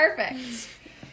perfect